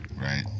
right